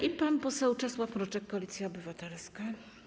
I pan poseł Czesław Mroczek, Koalicja Obywatelska.